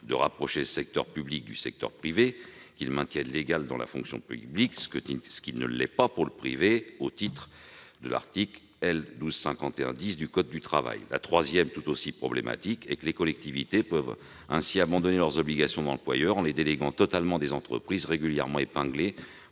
de rapprocher le secteur public du secteur privé, qu'il maintienne légal dans la fonction publique ce qui ne l'est pas dans le privé, en application de l'article L. 1251-10 du code du travail. La troisième, tout aussi problématique, est que les collectivités peuvent ainsi abandonner leurs obligations d'employeur en les déléguant totalement à des entreprises régulièrement épinglées